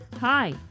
Hi